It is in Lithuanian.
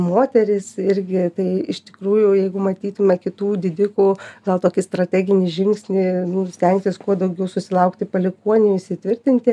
moterys irgi tai iš tikrųjų jeigu matytume kitų didikų gal tokį strateginį žingsnį stengtis kuo daugiau susilaukti palikuonių įsitvirtinti